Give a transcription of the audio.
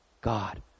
God